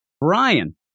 Brian